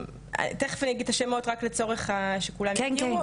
תיכף אני אגיד את השמות רק לצורך שכולם יכירו.